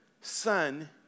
son